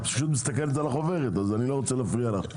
את מסתכלת על החוברת ואני לא רוצה להפריע לך.